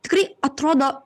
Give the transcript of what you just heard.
tikrai atrodo